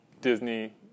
disney